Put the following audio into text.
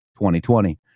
2020